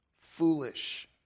foolish